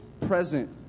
present